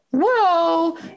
whoa